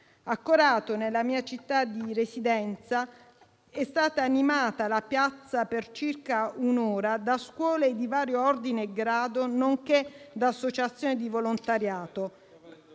A Corato, nella mia città di residenza, è stata animata la piazza per circa un'ora da scuole di vario ordine e grado, nonché da associazioni di volontariato;